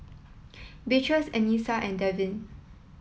Beatrice Anissa and Devin